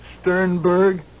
Sternberg